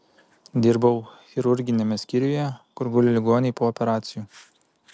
dirbau chirurginiame skyriuje kur guli ligoniai po operacijų